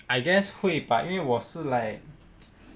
I guess 会 but 因为我是 like